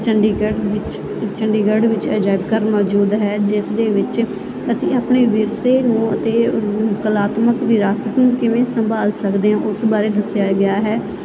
ਚੰਡੀਗੜ੍ਹ ਵਿੱਚ ਚੰਡੀਗੜ੍ਹ ਵਿੱਚ ਅਜਾਇਬ ਘਰ ਮੌਜੂਦ ਹੈ ਜਿਸ ਦੇ ਵਿੱਚ ਅਸੀਂ ਆਪਣੀ ਵਿਰਸੇ ਨੂੰ ਅਤੇ ਕਲਾਤਮਕ ਵਿਰਾਸਤ ਨੂੰ ਕਿਵੇਂ ਸੰਭਾਲ ਸਕਦੇ ਹਾਂ ਉਸ ਬਾਰੇ ਦੱਸਿਆ ਗਿਆ ਹੈ